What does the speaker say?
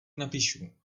napíšu